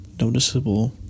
noticeable